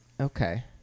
Okay